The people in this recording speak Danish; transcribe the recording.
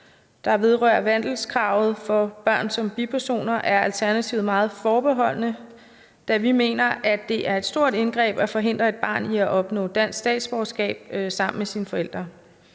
der vedrører vandelskrav for børn som bipersoner, er Alternativet meget forbeholdne, da vi mener, at det er et stort indgreb at forhindre et barn i at opnå dansk statsborgerskab sammen med dets forældre.